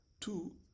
Two